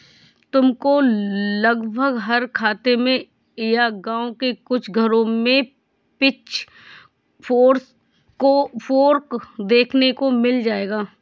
तुमको लगभग हर खेत में या गाँव के कुछ घरों में पिचफोर्क देखने को मिल जाएगा